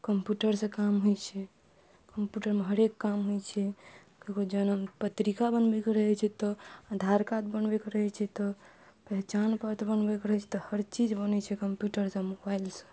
कम्प्यूटरसँ काम होइ छै कम्प्यूटरमे हरेक काम होइ छै ककरो जन्म पत्रिका बनबैके रहै छै तऽ आधार कार्ड बनबैक रहै छै तऽ पहचान पत्र बनबैके रहै छै तऽ हर चीज बनै छै कम्प्यूटरसँ मोबाइलसँ